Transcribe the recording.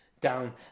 down